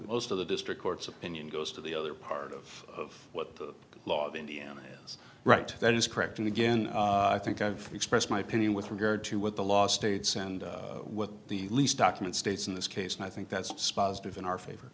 most of the district court's opinion goes to the other part of what the law of indiana is right that is correct and again i think i've expressed my opinion with regard to what the law states and what the least document states in this case and i think that's spazzed of in our favor